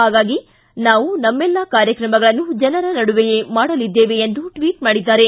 ಹಾಗಾಗಿ ನಾವು ನಮ್ಮೆಲ್ಲಾ ಕಾರ್ಯಕ್ರಮಗಳನ್ನು ಜನರ ನಡುವೆಯೇ ಮಾಡಲಿದ್ದೇವೆ ಎಂದು ಟ್ವಿಟ್ ಮಾಡಿದ್ದಾರೆ